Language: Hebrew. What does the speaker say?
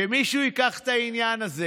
שמישהו ייקח את העניין הזה